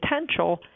potential